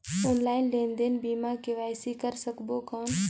Online लेनदेन बिना KYC कर सकबो कौन??